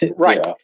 Right